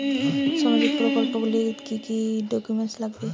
সামাজিক প্রকল্পগুলি পেতে গেলে কি কি ডকুমেন্টস লাগবে?